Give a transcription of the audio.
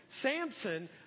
Samson